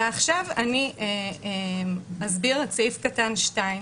ועכשיו אני אסביר את סעיף קטן (2)